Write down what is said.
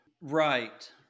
Right